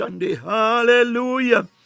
hallelujah